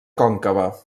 còncava